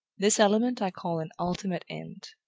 this element i call an ultimate end.